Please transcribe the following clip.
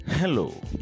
Hello